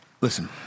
Listen